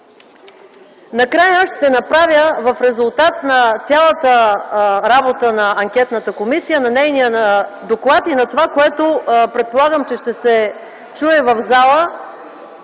Накрая в резултат на цялата работа на Анкетната комисия, на нейния доклад и на това, което предполагам, че ще се чуе в залата,